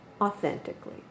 Authentically